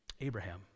Abraham